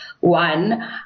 one